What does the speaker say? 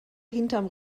hinterm